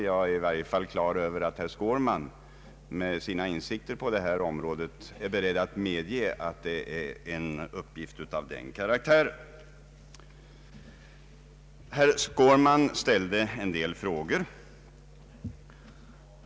Jag är säker på att herr Skårman med sina insikter på detta område är beredd att medge att uppgiften är av den karaktären. Herr Skårman ställde en del frågor.